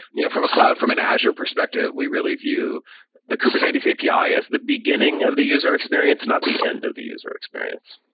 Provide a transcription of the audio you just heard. you know from a cloud, from an azure perspective, we really view the kubernetes api as the beginning of the user experience, not the end of the user experience